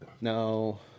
No